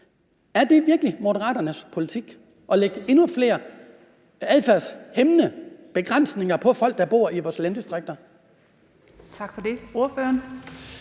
Er det virkelig Moderaternes politik at lægge endnu flere adfærdshæmmende begrænsninger på folk, der bor i vores landdistrikter?